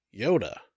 Yoda